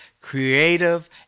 creative